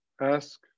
ask